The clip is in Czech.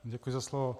Děkuji za slovo.